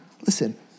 Listen